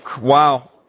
Wow